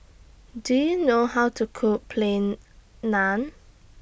Do YOU know How to Cook Plain Naan